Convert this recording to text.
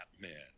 Batman